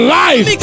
life